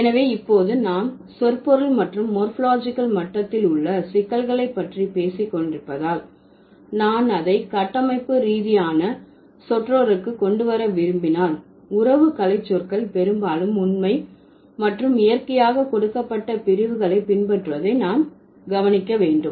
எனவே இப்போது நாம் சொற்பொருள் மற்றும் மோர்பாலஜிகல் மட்டத்தில் உள்ள சிக்கல்களை பற்றி பேசி கொண்டிருப்பதால் நான் அதை கட்டமைப்பு ரீதியான சொற்றொடருக்கு கொண்டு வர விரும்பினால் உறவு கலைச்சொற்கள் பெரும்பாலும் உண்மை மற்றும் இயற்கையாக கொடுக்கப்பட்ட பிரிவுகளை பின்பற்றுவதை நாம் கவனிக்க வேண்டும்